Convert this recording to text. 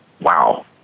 wow